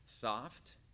soft